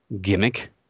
gimmick